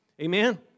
Amen